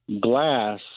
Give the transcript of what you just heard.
glass